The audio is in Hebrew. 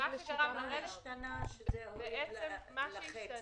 מה השתנה שזה הוריד לחצי?